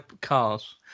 cars